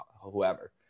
whoever